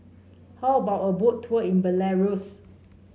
how about a Boat Tour in Belarus